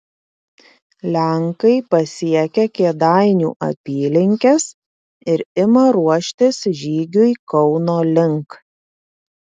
lenkai pasiekia kėdainių apylinkes ir ima ruoštis žygiui kauno link